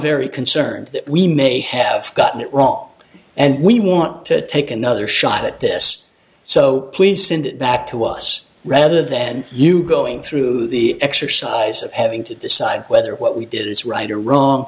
very concerned that we may have gotten it wrong and we want to take another shot at this so please send it back to us rather than you going through the exercise of having to decide whether what we did is right or wrong